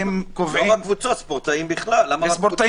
ספורטאים בכלל.